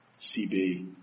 CB